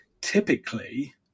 typically